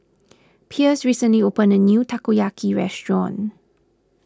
Pierce recently opened a new Takoyaki restaurant